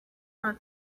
our